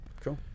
cool